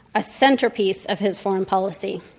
a centerpiece of his foreign policy.